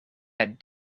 that